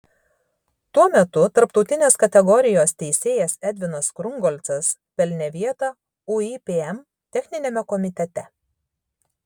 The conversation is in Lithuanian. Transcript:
tuo metu tarptautinės kategorijos teisėjas edvinas krungolcas pelnė vietą uipm techniniame komitete